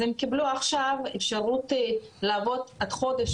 הם קיבלו עכשיו אפשרות לעבוד עד חודש,